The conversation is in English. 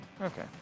okay